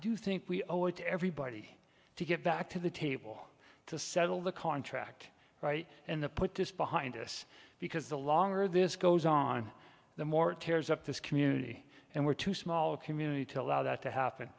do think we owe it to everybody to get back to the table to settle the contract right and the put this behind us because the longer this goes on the more tears up this community and we're too small a community to loud that to happen